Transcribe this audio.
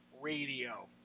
Radio